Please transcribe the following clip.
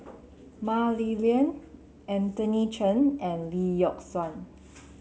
Mah Li Lian Anthony Chen and Lee Yock Suan